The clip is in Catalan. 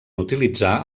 utilitzar